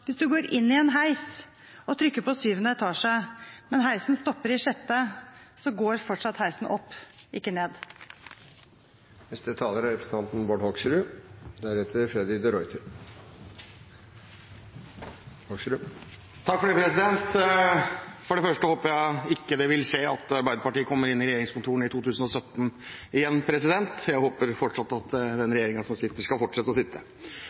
hvis en går inn i en heis og trykker på syvende etasje, men heisen stopper i sjette, så går fortsatt heisen opp – ikke ned. For det første håper jeg det ikke vil skje at Arbeiderpartiet kommer inn i regjeringskontorene i 2017. Igjen: Jeg håper fortsatt at den regjeringen som sitter, skal fortsette å sitte.